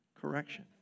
correction